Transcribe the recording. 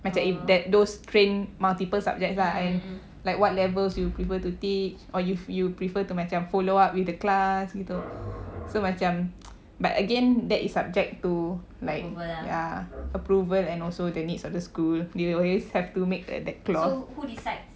macam if that those train multiple subjects lah and like what levels you will prefer to teach or if you prefer to macam follow up with the class you know so macam but again that is subject to like ya approval and also the needs of the school they always have to make th~ that clause